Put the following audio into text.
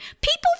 people